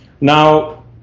Now